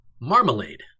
Marmalade